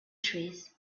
trees